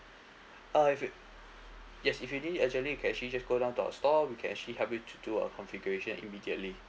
uh if it yes if you need it urgently you can actually just go down to our store we can actually help you to do a configuration immediately